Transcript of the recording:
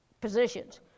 positions